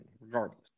regardless